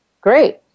Great